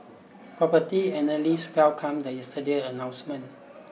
property analysts welcomed the yesterday announcement